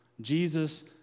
Jesus